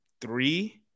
three